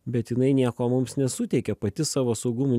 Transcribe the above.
bet jinai nieko mums nesuteikia pati savo saugumu